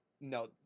No